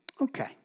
okay